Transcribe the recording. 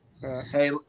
hey